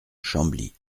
chambly